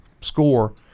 score